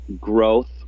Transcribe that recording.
growth